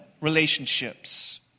relationships